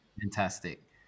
Fantastic